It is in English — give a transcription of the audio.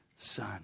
son